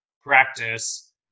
practice